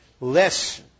less